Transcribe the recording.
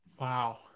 Wow